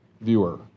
viewer